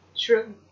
True